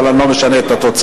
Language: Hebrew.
אבל אני לא משנה את התוצאה.